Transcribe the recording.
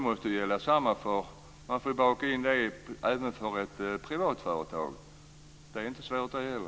Man får baka in det även för ett privat företag. Det är inte svårt att göra.